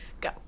Go